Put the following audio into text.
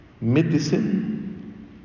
medicine